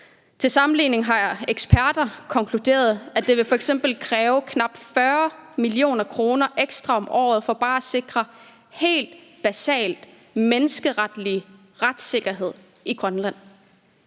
Til sammenligning har eksperter konkluderet, at det f.eks. vil kræve knap 40 mio. kr. ekstra om året for bare at sikre helt basale menneskerettigheder og retssikkerhed i Grønland,